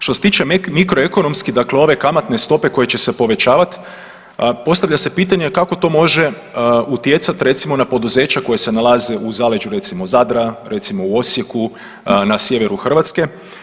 Što se tiče mikroekonomski, dakle ove kamatne stope koje će se povećavat, postavlja se pitanje kako to može utjecat recimo na poduzeća koja se nalaze u zaleđu recimo Zadra, recimo u Osijeku, na sjeveru Hrvatske?